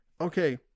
okay